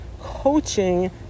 coaching